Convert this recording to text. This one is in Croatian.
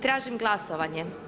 Tražim glasovanje.